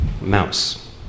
Mouse